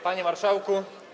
Panie Marszałku!